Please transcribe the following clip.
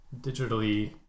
digitally